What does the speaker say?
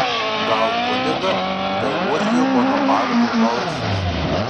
gal kunigą tai uošvio bonaparto balsas